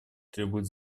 требуют